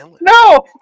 no